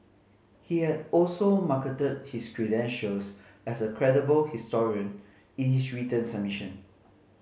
he had also marketed his credentials as a credible historian in his written submission